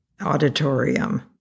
auditorium